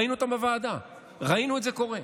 ראינו אותם בוועדה, ראינו את זה קורה.